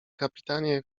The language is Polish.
kapitanie